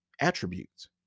attributes